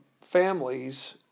families